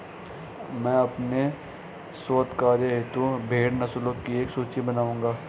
मैं अपने शोध कार्य हेतु भेड़ नस्लों की एक सूची बनाऊंगी